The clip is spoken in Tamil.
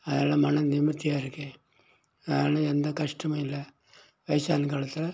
அதில் மனம் நிம்மதியா இருக்கு நான் எந்த கஷ்டமும் இல்லை வயசானகாலத்தில்